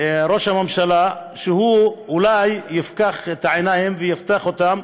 ראש הממשלה, שאולי יפקח את העיניים ויפתח אותן,